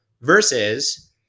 versus